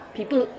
people